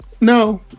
No